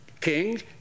King